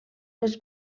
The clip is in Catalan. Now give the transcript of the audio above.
les